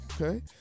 Okay